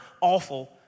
awful